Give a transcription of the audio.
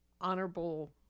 Honorable